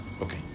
Okay